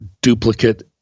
duplicate